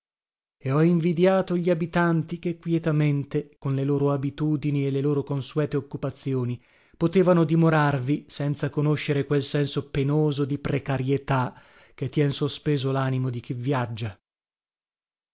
e ho invidiato gli abitanti che quietamente con le loro abitudini e le loro consuete occupazioni potevano dimorarvi senza conoscere quel senso penoso di precarietà che tien sospeso lanimo di chi viaggia